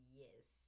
yes